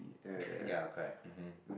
ya correct uh hum